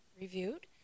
reviewed